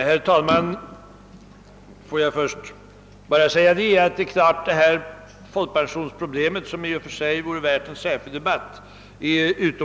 Herr talman! Folkpensionsproblemet är utomordentligt viktigt och intressant och vore i och för sig värt en särskild debatt.